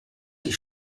die